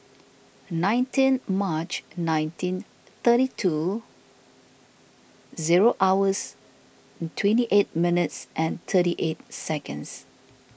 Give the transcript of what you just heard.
nineteen March nineteen thirty two zero hours twenty eight minutes and thirty eight seconds